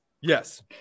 Yes